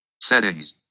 Settings